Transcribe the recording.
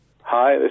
Hi